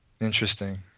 interesting